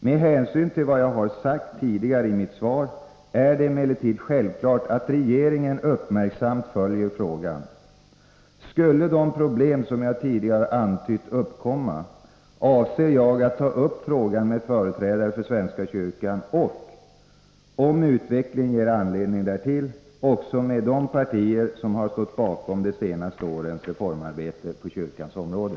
Med hänsyn till vad jag har sagt tidigare i mitt svar är det emellertid självklart att regeringen uppmärksamt följer frågan. Skulle de problem som jag tidigare har antytt uppkomma, avser jag att ta upp frågan med företrädare för svenska kyrkan och, om utvecklingen ger anledning därtill, också med de partier som har stått bakom de senaste årens reformarbete på kyrkans område.